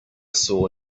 saw